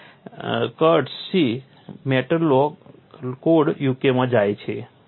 અને courtesy metal lock code UK માં જાય છે